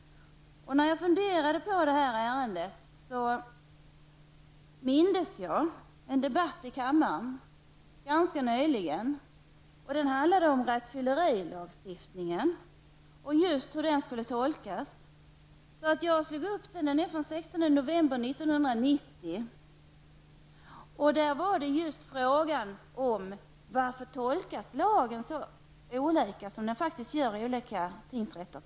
När jag funderade över detta ärende erinrade jag mig en debatt ganska nyligen här i kammaren om rattfyllerilagstiftningen och dess tolkning. Debatten ägde rum den 16 november 1990. Frågan gällde varför lagen tolkas så olika som den faktiskt gör i skilda tingsrätter.